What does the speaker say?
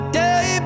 day